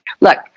Look